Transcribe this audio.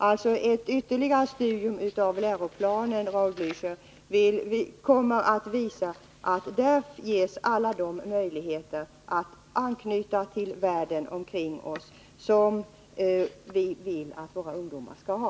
Alltså: Ett ytterligare studium av läroplanen, Raul Blächer, kommer att visa att där ges alla de möjligheter att anknyta till världen omkring oss som vi vill att våra ungdomar skall ha.